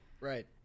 Right